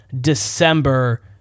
December